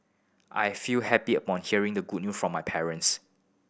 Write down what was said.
I feel happy upon hearing the good new from my parents